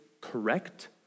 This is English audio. correct